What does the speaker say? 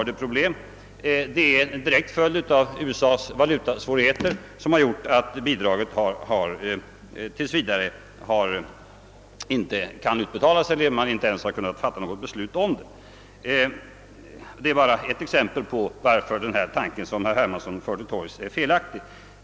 Detta är en direkt följd av USA:s valutasvårigheter, och bara ett exempel som visar att den tanke som herr Hermansson för till torgs är felaktig.